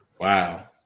wow